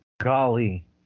golly